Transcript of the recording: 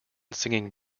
singing